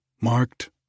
marked